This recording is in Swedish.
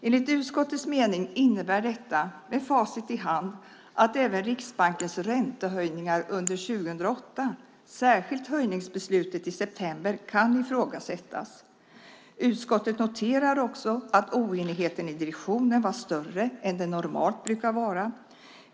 Enligt utskottets mening innebär detta, med facit i hand, att även Riksbankens räntehöjningar under 2008, särskilt höjningsbeslutet i september, kan ifrågasättas. Utskottet noterar också att oenigheten i direktionen var större än den normalt brukar vara.